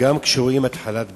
גם כשרואים התחלת בנייה.